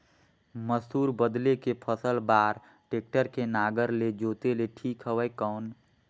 मसूर बदले के फसल बार टेक्टर के नागर ले जोते ले ठीक हवय कौन?